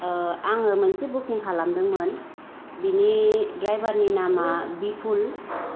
आङो मोनसे बुकिं खालामदों मोन बिनि द्रायभारनि नामा बिफुल